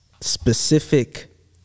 specific